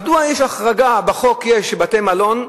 מדוע יש החרגה בחוק של בתי-מלון?